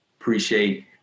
Appreciate